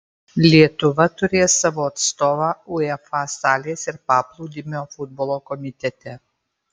lietuva turės savo atstovą uefa salės ir paplūdimio futbolo komitete